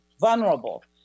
vulnerable